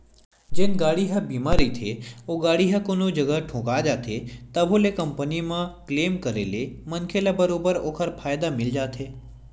जेन गाड़ी ह बीमा रहिथे ओ गाड़ी ह कोनो जगा ठोका जाथे तभो ले कंपनी म क्लेम करे ले मनखे ल बरोबर ओखर फायदा मिल जाथे